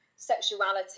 sexuality